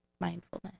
mindfulness